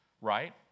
right